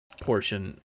portion